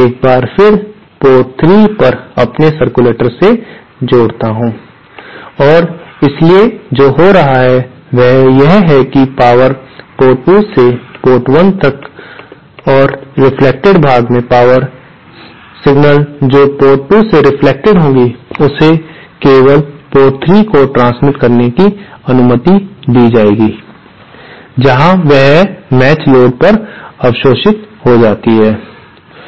एक बार फिर पोर्ट 3 पर अपने सर्कुलेटर्स से जोड़ता हूं और इसलिए जो हो रहा है वह यह है कि पावर पोर्ट 1 से पोर्ट 2 तक और रेफ्लेक्टेड भाग में पावर संकेत जो पोर्ट 2 से रेफ्लेक्टेड होगी उसे केवल पोर्ट 3 को ट्रांसमीट करने की अनुमति दी जाएगी जहां वह मेचड़ लोड पर अवशोषित हो जाती है